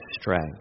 strength